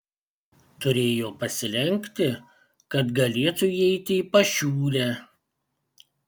turėjo pasilenkti kad galėtų įeiti į pašiūrę